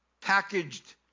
packaged